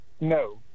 No